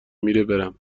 میره، برم